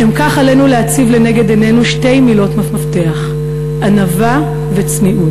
לשם כך עלינו להציב לנגד עינינו שתי מילות מפתח: ענווה וצניעות.